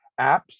apps